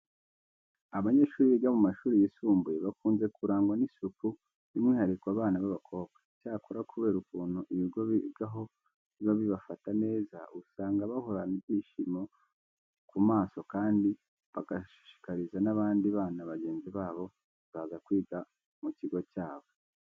Abanyeshuri biga mu mashuri yisumbuye bakunze kurangwa n'isuku by'umwihariko abana b'abakobwa. Icyakora kubera ukuntu ibigo bigaho biba bibafata neza, usanga bahorana ibyishimo ku maso kandi bagashishikariza n'abandi bana bagenzi babo kuzaza kwiga mu kigo cyabo.